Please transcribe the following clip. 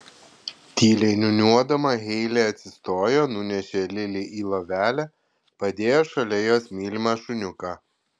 tyliai niūniuodama heilė atsistojo nunešė lili į lovelę padėjo šalia jos mylimą šuniuką